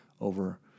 over